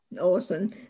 Awesome